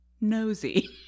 nosy